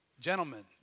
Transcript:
Gentlemen